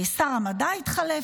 שר המדע התחלף.